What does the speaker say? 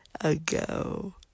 ago